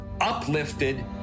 uplifted